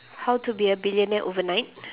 how to be a billionaire overnight